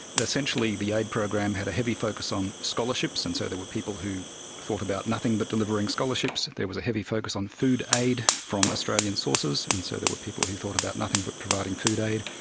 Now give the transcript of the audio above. essentially the aid program had a heavy focus on scholarships, and so there were people who thought about nothing but delivering scholarships. there was a heavy focus on food aid from australian sources, and so there were people who thought about nothing but providing food aid.